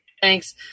thanks